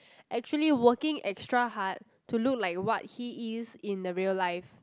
actually working extra hard to look like what he is in a real life